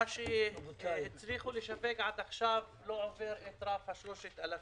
מה שהצליחו לשווק עד עכשיו לא עובר את רף ה-3,000.